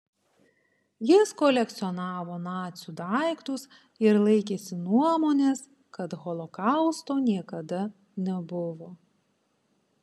jis kolekcionavo nacių daiktus ir laikėsi nuomonės kad holokausto niekada nebuvo